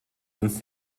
uns